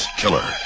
killer